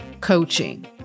coaching